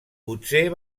potser